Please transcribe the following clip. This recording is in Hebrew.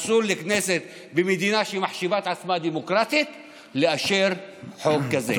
אסור לכנסת במדינה שמחשיבה את עצמה דמוקרטית לאשר חוק כזה.